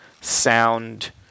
sound